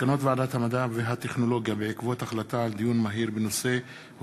מסקנות ועדת המדע והטכנולוגיה בעקבות דיון מהיר בהצעה של חברת הכנסת